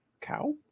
Cow